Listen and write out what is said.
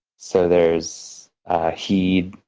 so there's heed,